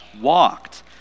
walked